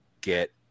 get